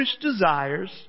desires